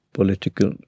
political